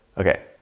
okay,